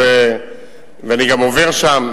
גם אני עובר שם,